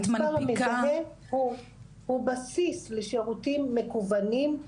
המספר המזהה הוא בסיס לשירותים מקוונים,